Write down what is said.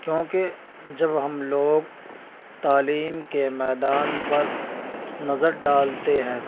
کیونکہ جب ہم لوگ تعلیم کے میدان پر نظر ڈالتے ہیں